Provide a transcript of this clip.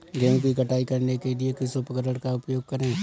गेहूँ की कटाई करने के लिए किस उपकरण का उपयोग करें?